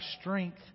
strength